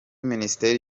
minisiteri